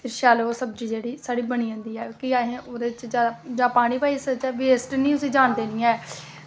ते शैल ओह् सब्जी साढ़ी बनी जंदी ऐ ते जां ओह्दे च पानी पाई सकने ते असें वेस्ट निं जाह्न देनी ऐ